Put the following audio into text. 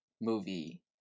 movie